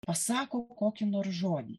pasako kokį nors žodį